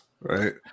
right